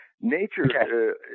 Nature